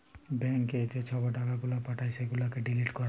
ব্যাংকে যে ছব টাকা গুলা পাঠায় সেগুলাকে ডিলিট ক্যরে